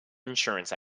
insurance